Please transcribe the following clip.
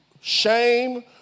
Shame